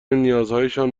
نیازهایشان